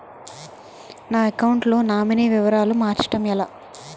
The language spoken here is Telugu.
నా అకౌంట్ లో నామినీ వివరాలు మార్చటం ఎలా?